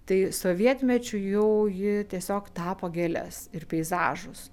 tai sovietmečiu jau ji tiesiog tapo gėles ir peizažus